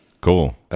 Cool